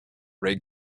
read